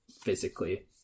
physically